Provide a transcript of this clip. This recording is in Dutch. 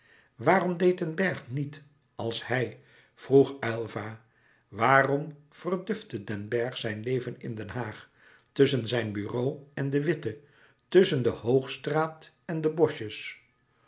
waarom deed den bergh niet als hij vroeg aylva waarom verdufte den bergh zijn leven in den haag tusschen zijn bureau en de witte tusschen de hoogstraat en de boschjes